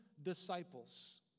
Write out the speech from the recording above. Disciples